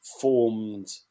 formed